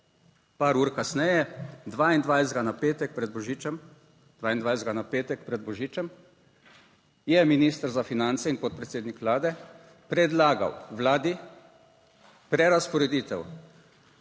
(nadaljevanje) 22., na petek pred božičem, je minister za finance in podpredsednik vlade predlagal vladi, prerazporeditev